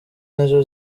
nizo